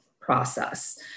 process